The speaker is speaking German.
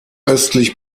östlich